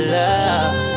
love